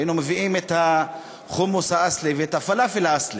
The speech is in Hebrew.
היינו מביאים את החומוס האסלי ואת הפלאפל האסלי